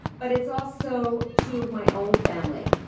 but it's also true of my own family.